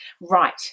Right